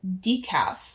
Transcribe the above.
decaf